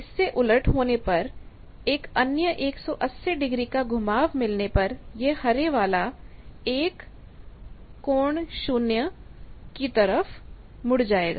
इससे उलट होने पर एक अन्य 180 डिग्री का घुमाव मिलने पर यह हरे वाला 1∠0 ° की तरफ मुड़ जाएगा